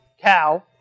cow